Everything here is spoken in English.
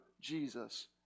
Jesus